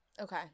Okay